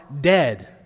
dead